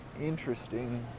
interesting